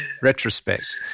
retrospect